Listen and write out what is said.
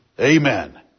Amen